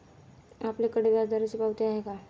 आपल्याकडे व्याजदराची पावती आहे का?